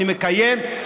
אני מקיים,